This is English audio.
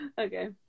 Okay